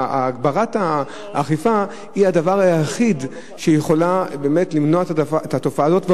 הגברת האכיפה היא הדבר היחיד שיכול באמת למנוע את התופעה הזאת.